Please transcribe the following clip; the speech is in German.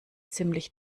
ziemlich